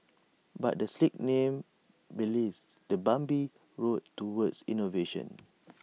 but the slick name belies the bumpy road towards innovation